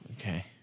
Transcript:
Okay